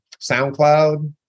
SoundCloud